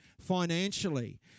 financially